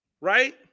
right